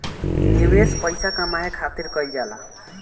निवेश पइसा कमाए खातिर कइल जाला